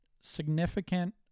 significant